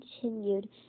continued